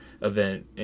event